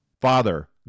Father